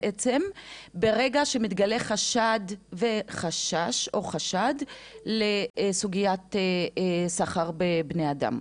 ברגע שמתגלה חשד וחשש לסוגיית סחר בבני אדם.